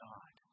God